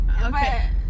Okay